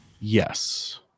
Yes